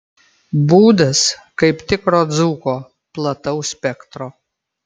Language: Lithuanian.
būdas kaip tikro dzūko plataus spektro